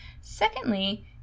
Secondly